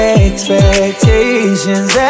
expectations